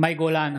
מאי גולן,